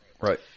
Right